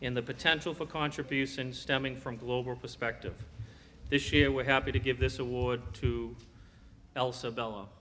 in the potential for contributions stemming from global perspective this year we're happy to give this award to elsa bel